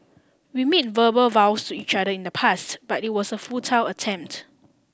we made verbal vows to each other in the past but it was a futile attempt